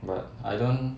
but I don't